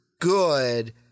good